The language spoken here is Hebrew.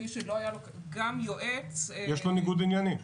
גם יועץ יש לו ניגוד עניינים.